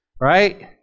right